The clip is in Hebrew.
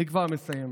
אני כבר מסיים.